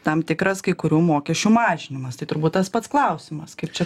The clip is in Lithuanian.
tam tikras kai kurių mokesčių mažinimas tai turbūt tas pats klausimas kaip čia